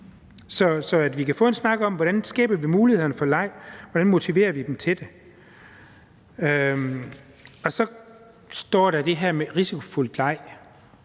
så vi kan få en snak om, hvordan vi skaber mulighederne for leg, og hvordan vi kan motivere dem til det. Så står der det her med risikofyldt leg,